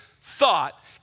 thought